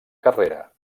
carrera